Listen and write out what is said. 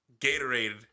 Gatorade